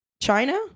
China